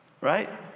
right